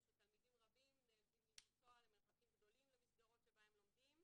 שתלמידים רבים נאלצים לנסוע למרחקים גדולים למסגרות שבהן הם לומדים.